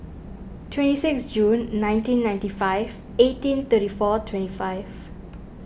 twenty sixth June nineteen ninety five eighteen thirty four twenty five